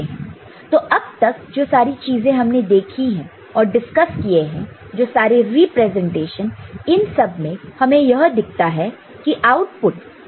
तो अब तक जो सारी चीजें हमने देखे हैं और डिस्कस किए हैं जो सारे रिप्रेजेंटेशन इन सब में हमें यह दिखता है कि आउटपुट इंस्टैन्टेनियस है